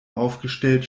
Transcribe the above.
aufgestellt